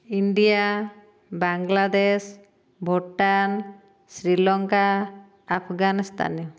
India Bangladesh Bhutan Sri Lanka Afghanistan